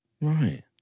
Right